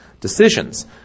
decisions